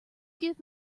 give